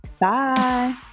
Bye